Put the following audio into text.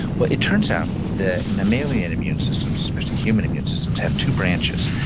well, it turns out that mammalian immune systems, especially human immune systems, have two branches.